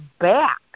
back